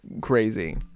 crazy